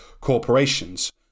corporations